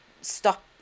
stop